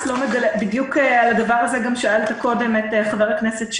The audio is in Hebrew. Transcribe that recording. בדיוק על הדבר הזה גם שאלת קודם את חבר הכנסת שלח.